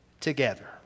together